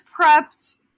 prepped-